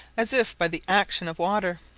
as if by the action of water.